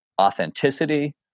authenticity